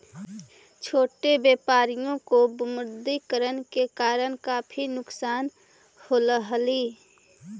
छोटे व्यापारियों को विमुद्रीकरण के कारण काफी नुकसान होलई हल